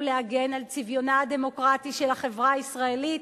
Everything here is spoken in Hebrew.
ולהגן על צביונה הדמוקרטי של החברה הישראלית.